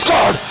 God